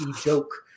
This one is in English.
joke